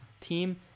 team